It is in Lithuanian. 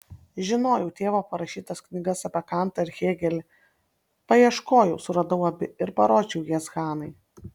žinojau tėvo parašytas knygas apie kantą ir hėgelį paieškojau suradau abi ir parodžiau jas hanai